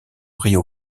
rio